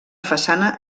façana